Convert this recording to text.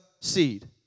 seed